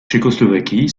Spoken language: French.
tchécoslovaquie